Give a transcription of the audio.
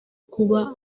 kuba